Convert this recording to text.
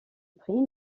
prix